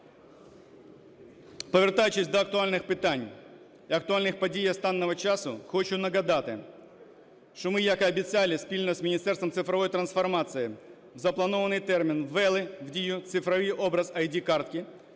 Повертаючись до актуальних питань і актуальних подій останнього часу, хочу нагадати, що ми, як і обіцяли, спільно з Міністерством цифрової трансформації в запланований термін ввели в дію цифрові образи ID-картки